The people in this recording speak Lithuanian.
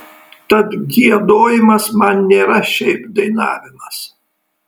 tad giedojimas man nėra šiaip dainavimas